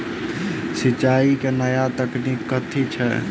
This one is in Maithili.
सिंचाई केँ नया तकनीक कथी छै?